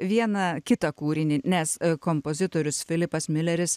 vieną kitą kūrinį nes kompozitorius filipas mileris